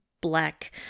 black